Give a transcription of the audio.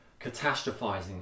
catastrophizing